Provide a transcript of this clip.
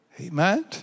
Amen